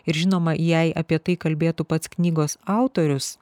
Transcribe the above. ir žinoma jei apie tai kalbėtų pats knygos autorius